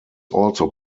also